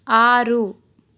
ఆరు